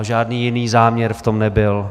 Žádný jiný záměr v tom nebyl.